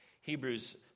Hebrews